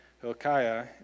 Hilkiah